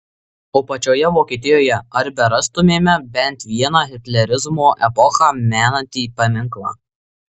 o pačioje vokietijoje ar berastumėme bent vieną hitlerizmo epochą menantį paminklą